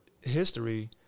history